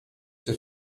się